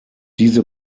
diese